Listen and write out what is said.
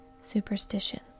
superstitions